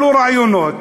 עלו רעיונות,